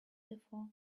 before